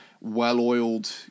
well-oiled